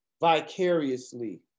vicariously